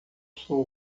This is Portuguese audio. sou